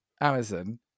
amazon